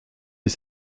les